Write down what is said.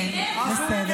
כן, בסדר.